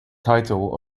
title